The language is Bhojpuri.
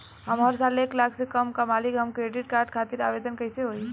हम हर साल एक लाख से कम कमाली हम क्रेडिट कार्ड खातिर आवेदन कैसे होइ?